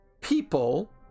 people